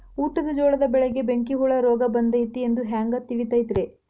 ಊಟದ ಜೋಳದ ಬೆಳೆಗೆ ಬೆಂಕಿ ಹುಳ ರೋಗ ಬಂದೈತಿ ಎಂದು ಹ್ಯಾಂಗ ತಿಳಿತೈತರೇ?